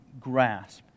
grasp